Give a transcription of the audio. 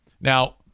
Now